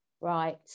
Right